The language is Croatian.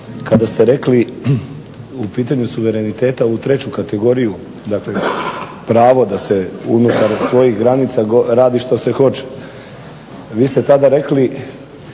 kada ste rekli u pitanju suvereniteta ovu treću kategoriju, dakle pravo da se unutar svojih granica radi što se hoće. Vi ste tada rekli,